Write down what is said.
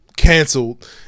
Canceled